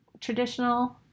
traditional